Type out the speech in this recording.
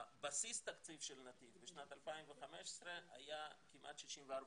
בסיס התקציב של נתיב בשנת 2015 היה כמעט 64 מיליון.